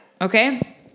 Okay